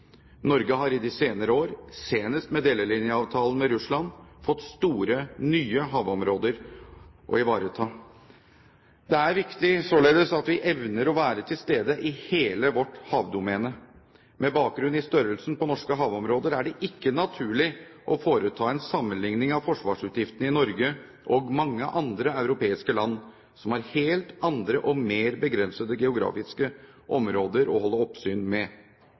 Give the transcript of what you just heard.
Norge har i de senere år, senest med delelinjeavtalen med Russland, fått store, nye havområder å ivareta. Det er således viktig at vi evner å være til stede i hele vårt havdomene. Med bakgrunn i størrelsen på norske havområder er det ikke naturlig å foreta en sammenligning av forsvarsutgiftene i Norge og mange andre europeiske land som har helt andre og mer begrensede geografiske områder å holde oppsyn med.